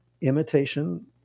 imitation